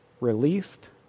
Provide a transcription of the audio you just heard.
released